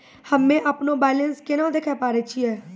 हम्मे अपनो बैलेंस केना देखे पारे छियै?